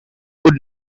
would